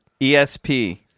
ESP